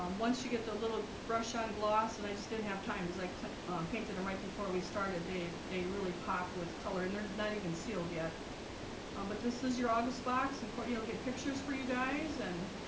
um once you get the little brush on gloss and i just didn't have time because i painted them right before we started they they really pop with color and they're not even sealed yet um but this is your august box and courtney will get pictures for you guys and